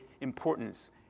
importance